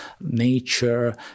nature